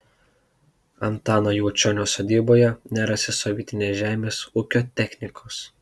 antano juočionio sodyboje nerasi sovietinės žemės ūkio technikos